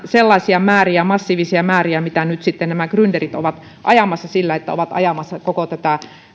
sellaisia määriä massiivisia määriä mitä nyt sitten grynderit ovat ajamassa sillä että ovat ajamassa koko tätä